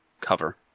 cover